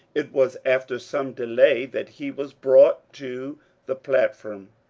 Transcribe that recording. it was after some delay that he was brought to the platform.